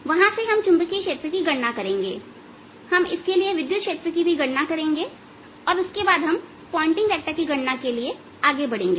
वहां से हम चुंबकीय क्षेत्र की गणना करेंगे हम इसके लिए विद्युत क्षेत्र की भी गणना करेंगे और उसके बाद हम पॉइंटिंग वेक्टर की गणना के लिए आगे बढ़ेंगे